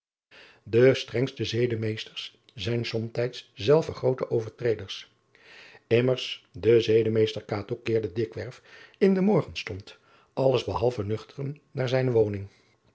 e strengste zedemeesters zijn somtijds zelve groote overtreders mmers de zedemeester keerde dikwerf in den morgenstond alles behalve nuchteren naar zijne woning